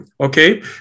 Okay